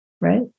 right